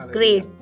Great